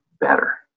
better